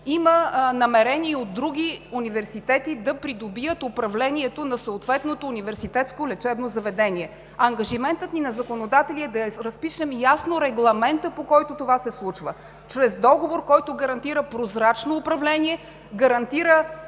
Има намерение и от други университети да придобият управлението на съответното университетско лечебно заведение. Ангажиментът ни на законодатели е да разпишем ясно регламента, по който това се случва, чрез договор, който гарантира прозрачно управление, гарантира